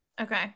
Okay